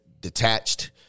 detached